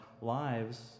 lives